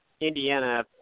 Indiana